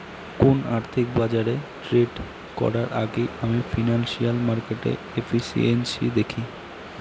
কোন আর্থিক বাজারে ট্রেড করার আগেই আমি ফিনান্সিয়াল মার্কেটের এফিসিয়েন্সি দেখি